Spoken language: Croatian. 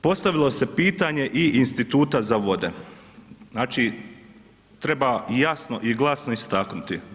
Postavilo se pitanje i instituta za vode, znači treba i jasno i glasno istaknuti.